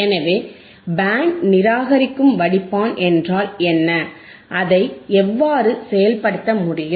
எனவே பேண்ட் நிராகரிக்கும் வடிப்பான் என்றால் என்ன அதை எவ்வாறு செயல்படுத்த முடியும்